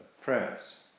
prayers